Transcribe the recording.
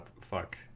Fuck